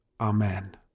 Amen